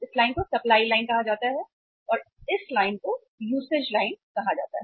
इस लाइन को supply line कहा जाता है और इस लाइन को यूसेज लाइन कहा जाता है